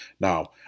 Now